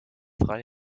frei